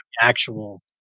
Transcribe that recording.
actual